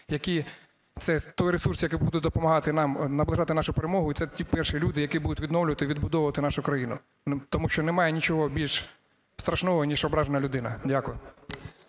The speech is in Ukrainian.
це той ресурс, який буде допомагати нам наближати нашу перемогу і це ті перші люди, які будуть відновлювати, відбудовувати нашу країну, тому що немає нічого більш страшного ніж ображена людина. Дякую.